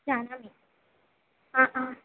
जानामि आ आ